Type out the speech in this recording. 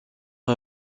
est